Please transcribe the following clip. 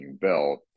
belt